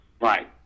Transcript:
Right